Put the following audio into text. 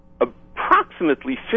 approximately